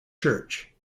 church